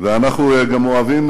ואנחנו גם אוהבים,